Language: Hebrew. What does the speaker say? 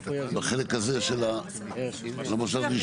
בחלק הזה של מוסד רישוי.